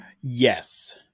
Yes